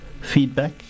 feedback